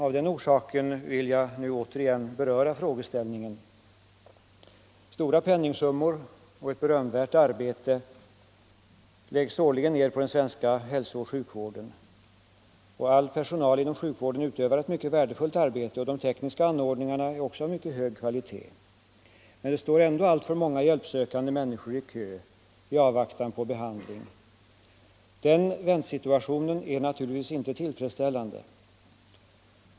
Av den orsaken vill jag åter beröra frågeställningen. Stora penningsummor och ett berömvärt arbete läggs årligen ner på den svenska hälsooch sjukvården. All personal inom sjukvården utövar ett mycket värdefullt arbete, och även de tekniska anordningarna är av mycket hög kvalitet. Men det står ändå alltför många hjälpsökande människor i kö i avvaktan på behandling. Den väntsituationen är naturligtvis inte tillfredsställande.